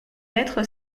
l’être